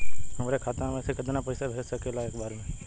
हमरे खाता में से कितना पईसा भेज सकेला एक बार में?